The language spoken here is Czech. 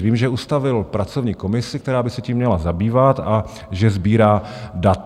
Vím, že ustavil pracovní komisi, která by se tím měla zabývat, a že sbírá data.